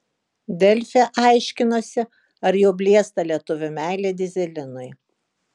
delfi aiškinosi ar jau blėsta lietuvių meilė dyzelinui